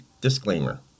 disclaimer